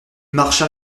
marcha